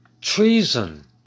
treason